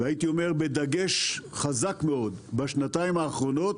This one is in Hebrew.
והייתי אומר בדגש חזק מאוד בשנתיים האחרונות